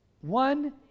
One